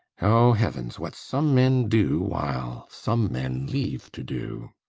o heavens, what some men do, while some men leave to do!